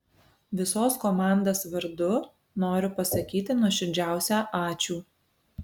visos komandas vardu noriu pasakyti nuoširdžiausią ačiū